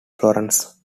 florence